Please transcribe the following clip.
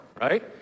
right